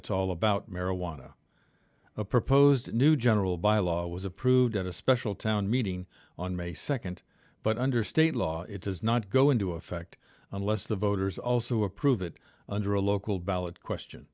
it's all about marijuana a proposed new general by law was approved at a special town meeting on may nd but under state law it does not go into effect unless the voters also approve it under a local ballot question